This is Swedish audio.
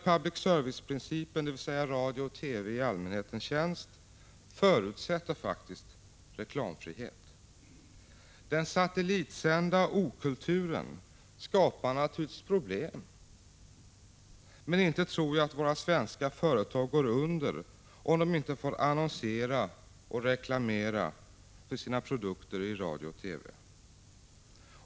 public service-principen, dvs. radio och TV i allmänhetens tjänst, förutsätter faktiskt reklamfrihet. Den satellitsända okulturen skapar naturligtvis problem. Men inte tror jag att våra svenska företag går under om de inte får annonsera och göra reklam för sina produkter i radio och TV.